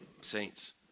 Saints